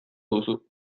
duzu